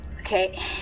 okay